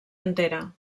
entera